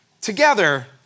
together